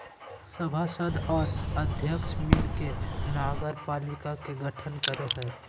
सभासद और अध्यक्ष मिल के नगरपालिका के गठन करो हइ